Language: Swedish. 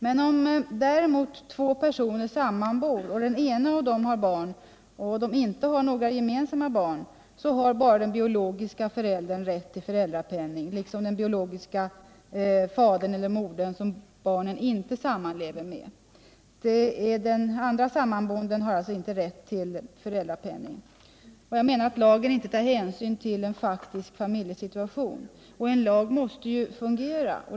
Men om däremot två personer sammanbor och den ena av dem har barn och de inte har några gemensamma barn, har bara den biologiska föräldern rätt till föräldrapenning, liksom den biologiska fadern eller modern som barnet inte sammanlever med. Den andra sammanboende har alltså inte rätt till föräldrapenning. Jag menar att lagen inte tar hänsyn till en faktisk familjesituation. En lag måste ju fungera.